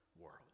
world